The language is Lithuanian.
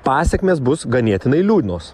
pasekmės bus ganėtinai liūdnos